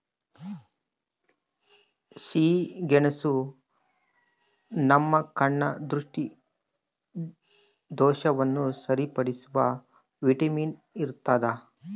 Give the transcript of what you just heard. ಸಿಹಿಗೆಣಸು ನಮ್ಮ ಕಣ್ಣ ದೃಷ್ಟಿದೋಷವನ್ನು ಸರಿಪಡಿಸುವ ವಿಟಮಿನ್ ಇರ್ತಾದ